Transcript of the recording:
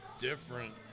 different